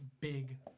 big